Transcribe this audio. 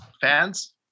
fans